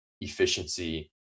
efficiency